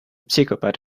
psychopath